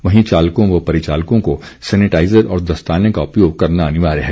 वहीं चालकों व परिचालकों को सैनिटाइजर और दस्ताने का उपयोग करना अनिवार्य है